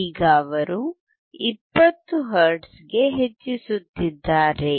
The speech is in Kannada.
ಈಗ ಅವರು 20 ಹರ್ಟ್ಜ್ಗೆ ಹೆಚ್ಛಿಸುತ್ತಿದ್ದಾರೆ